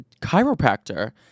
chiropractor